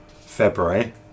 February